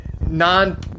non